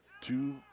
two